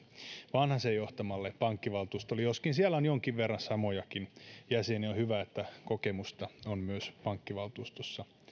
vanhasen johtamalle pankkivaltuustolle joskin siellä on jonkin verran samojakin jäseniä ja on hyvä että kokemusta on pankkivaltuustossa